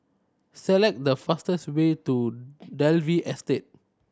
select the fastest way to Dalvey Estate